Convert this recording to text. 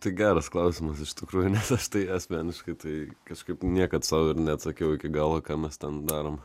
tai geras klausimas iš tikrųjų nes aš tai asmeniškai tai kažkaip niekad sau ir neatsakiau iki galo ką mes ten darom